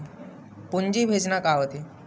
पूंजी भेजना का होथे?